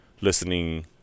listening